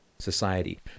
society